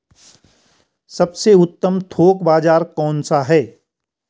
सबसे उत्तम थोक बाज़ार कौन सा है?